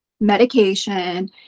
medication